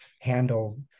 handle